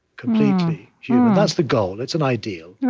completely human. that's the goal. it's an ideal,